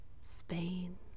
Spain